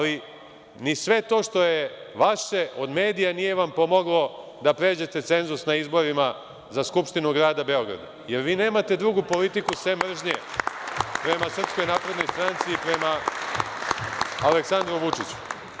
Ali, ni sve to što je vaše od medija nije vam pomoglo da pređete cenzus na izborima za Skupštinu grada Beograd, jer vi nemate drugu politiku sem mržnje prema SNS, prema Aleksandru Vučiću.